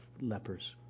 lepers